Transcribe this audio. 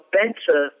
better